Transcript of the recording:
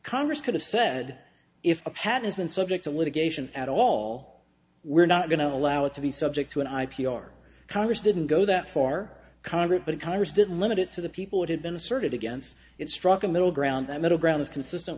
congress could have said if a pad has been subject to litigation at all we're not going to allow it to be subject to an i p o our congress didn't go that far congress but congress didn't limit it to the people that had been asserted against it struck a middle ground that middle ground is consistent